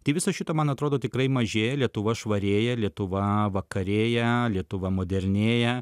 tai viso šito man atrodo tikrai mažėja lietuva švarėja lietuva vakarėja lietuva modernėja